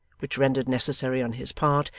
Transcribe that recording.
which rendered necessary on his part,